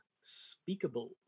speakable